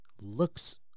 looks